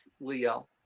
Leo